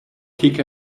kick